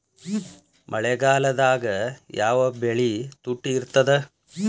ಮಳೆಗಾಲದಾಗ ಯಾವ ಬೆಳಿ ತುಟ್ಟಿ ಇರ್ತದ?